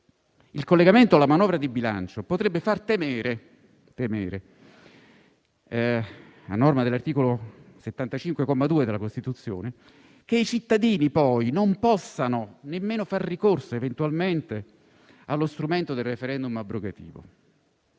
il collegamento alla manovra di bilancio potrebbe far temere, a norma dell'articolo 75, comma 2, della Costituzione, che i cittadini non possano nemmeno far ricorso eventualmente allo strumento del *referendum* abrogativo.